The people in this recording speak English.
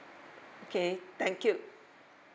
okay thank you